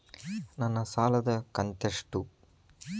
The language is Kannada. ನನ್ನ ಸಾಲದು ಕಂತ್ಯಷ್ಟು?